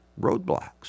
Roadblocks